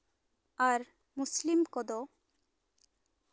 ᱟᱨ ᱢᱩᱥᱞᱤᱢ ᱠᱚᱫᱚ